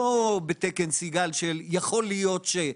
לא בתקן של יכול להיות ש-.